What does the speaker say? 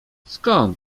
skąd